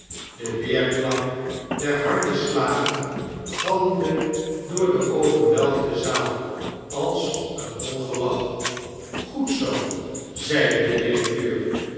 de weerklank der harde slagen galmde door de overwelfde zaal als een hoi gelach goed zoo zeide de directeur